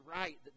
right